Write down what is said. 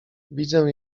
widzę